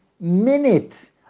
minute